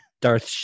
Darth